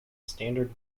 standard